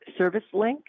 ServiceLink